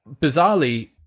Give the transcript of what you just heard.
bizarrely